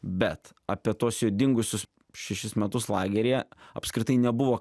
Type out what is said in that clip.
bet apie tuos jo dingusius šešis metus lageryje apskritai nebuvo